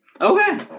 Okay